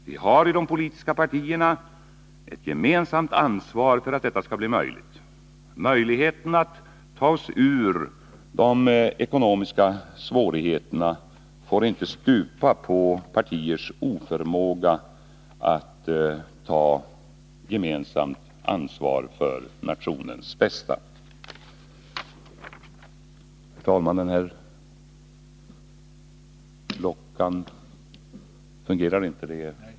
Vi har i de politiska partierna ett gemensamt ansvar för att detta skall bli möjligt. Möjligheten att ta oss ur de ekonomiska svårigheterna får inte stupa på partiers oförmåga att ta gemensamt ansvar för nationens bästa.